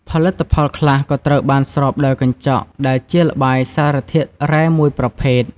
ផលិតផលខ្លះក៏ត្រូវបាន ស្រោបដោយកញ្ចក់ ដែលជាល្បាយសារធាតុរ៉ែមួយប្រភេទ។